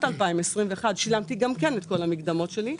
2021 שילמתי גם כן את כל המקדמות שלי.